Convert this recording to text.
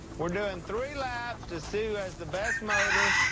we're doing three laps to see who has the best motor,